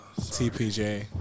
TPJ